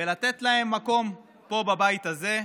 ולתת להם מקום פה בבית הזה,